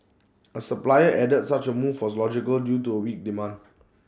A supplier added such A move was logical due to A weak demand